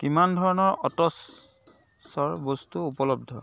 কিমান ধৰণৰ অ'টছৰ বস্তু উপলব্ধ